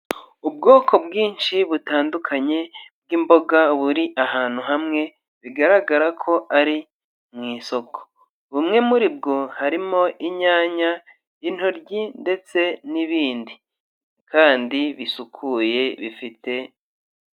Ubwoko bwinshi butandukanye bw'imboga buri ahantu hamwe bigaragara ko ari mu isoko, bumwe muri bwo harimo inyanya, intoryi ndetse n'ibindi kandi bisukuye bifite.